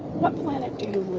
what planet do